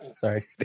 Sorry